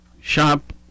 shop